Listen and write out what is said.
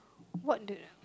what the